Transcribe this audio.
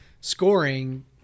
scoring